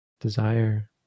desire